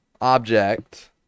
object